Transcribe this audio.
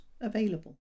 available